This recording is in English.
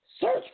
Search